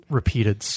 repeated